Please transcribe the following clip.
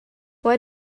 why